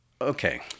Okay